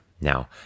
now